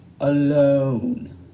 alone